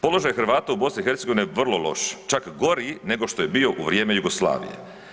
Položaj Hrvata u BiH je vrlo loš, čak gori nego što je bio u vrijeme Jugoslavije.